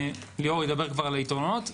ליאור ידבר כבר על היתרונות.